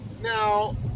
Now